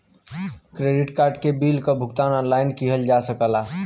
credit card के bill क भुगतान ऑनलाइन किहल जा सकला